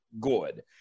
good